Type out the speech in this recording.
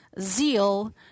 zeal